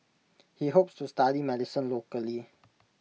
he hopes to study medicine locally